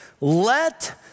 let